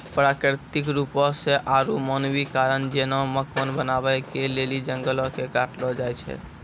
प्राकृतिक रुपो से आरु मानवीय कारण जेना मकान बनाबै के लेली जंगलो के काटलो जाय छै